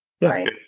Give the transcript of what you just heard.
Right